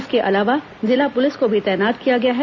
इसके अलावा जिला पुलिस को भी तैनात किया गया है